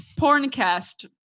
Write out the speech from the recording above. Porncast